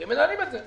כי הם מנהלים את זה.